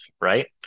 right